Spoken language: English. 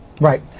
Right